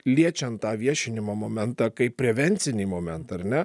liečiant tą viešinimo momentą kaip prevencinį momentą ar ne